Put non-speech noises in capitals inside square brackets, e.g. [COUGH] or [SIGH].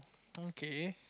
[NOISE] okay